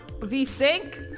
V-Sync